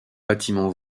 bâtiment